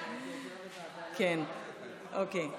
ההצעה להעביר את